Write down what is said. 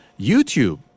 YouTube